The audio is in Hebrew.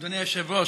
אדוני היושב-ראש,